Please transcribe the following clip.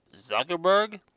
Zuckerberg